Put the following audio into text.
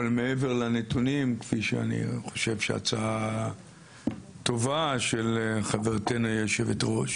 אני חושב שההצעה של חברתנו היושבת-ראש